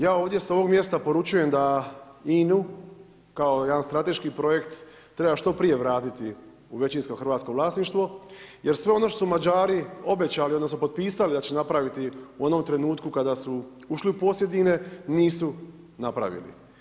Ja ovdje s ovog mjesta poručujem da INA-u kao jedan strateški projekt treba što prije vratiti u većinsko hrvatsko vlasništvo jer sve ono što su Mađari obećali odnosno potpisali da će napraviti u onom trenutku kada su ušli u posjed INA-e nisu napravili.